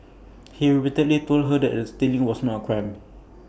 he repeatedly told her that stealing was not A crime